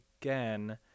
again